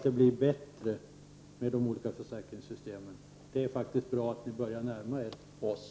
Det är faktiskt bra att ni börjar närma er oss.